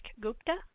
Gupta